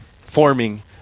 forming